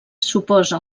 suposa